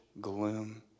gloom